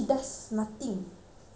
her house has nothing